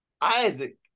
isaac